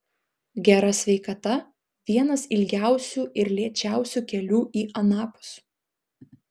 gera sveikata vienas ilgiausių ir lėčiausių kelių į anapus